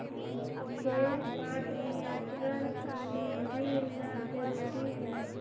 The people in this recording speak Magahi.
खेर पात नियंत्रण समृद्धि ला जरूरी हई